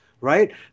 right